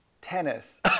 tennis